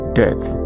death